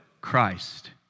Christ